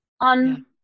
on